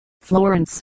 Florence